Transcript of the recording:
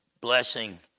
blessing